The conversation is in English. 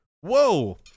Whoa